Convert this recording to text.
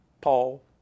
Paul